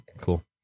Cool